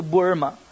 Burma